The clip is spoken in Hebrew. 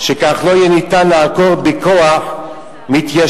שכך לא יהיה ניתן לעקור בכוח מתיישבים,